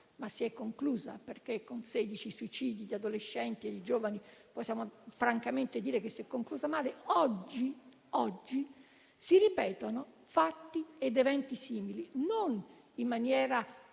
ma si è conclusa, perché con sedici suicidi di adolescenti e di giovani possiamo francamente dire che si è conclusa male - oggi si ripetono fatti ed eventi simili, non in maniera